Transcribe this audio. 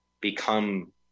become